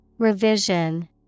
Revision